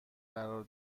قرار